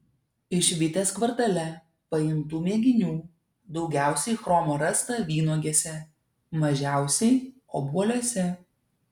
iš vitės kvartale paimtų mėginių daugiausiai chromo rasta vynuogėse mažiausiai obuoliuose